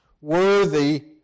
worthy